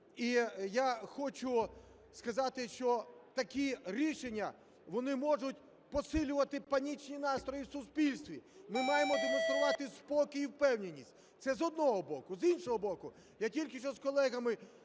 І я хочу сказати, що такі рішення, вони можуть посилювати панічні настрої в суспільстві. Ми маємо демонструвати спокій і впевненість, це з одного боку. З іншого боку, я тільки що з колегами